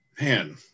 Man